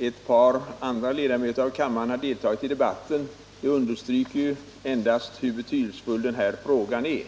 ett par andra ledamöter av kammaren har deltagit i debatten visar hur betydelsefull den här frågan är.